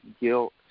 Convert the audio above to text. guilt